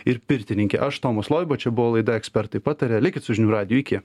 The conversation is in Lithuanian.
ir pirtininkė aš tomas loiba čia buvo laida ekspertai pataria likit su žinių radiju iki